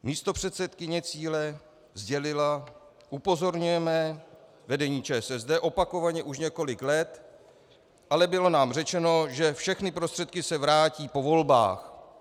Místopředsedkyně Cíle sdělila: Upozorňujeme vedení ČSSD opakovaně už několik let, ale bylo nám řečeno, že všechny prostředky se vrátí po volbách.